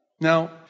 Now